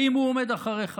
האם הוא עומד מאחוריך?